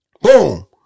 boom